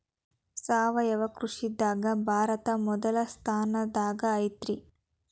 ಸಾವಯವ ಕೃಷಿದಾಗ ಭಾರತ ಮೊದಲ ಸ್ಥಾನದಾಗ ಐತ್ರಿ